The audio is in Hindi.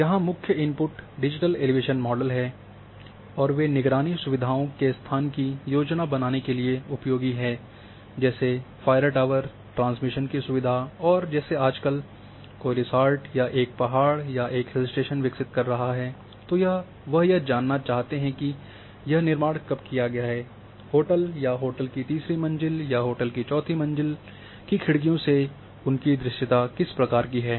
यहां मुख्य इनपुट डिजिटल एलिवेशन मॉडल है और वे निगरानी सुविधाओं के स्थान की योजना बनाने के लिए उपयोगी हैं जैसे फायर टावर ट्रांसमिशन की सुविधा और जैसे आजकल कोई रिसॉर्ट या एक पहाड़ या एक हिल स्टेशन विकसित कर रहा है तो वे यह जानना चाहते हैं कि यह निर्माण कब किया गया है होटल या होटल की तीसरी मंजिल या होटल की चौथी मंजिल की खिड़कियों से उनकी दृश्यता किस प्रकार की है